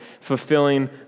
fulfilling